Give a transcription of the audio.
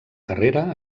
carrera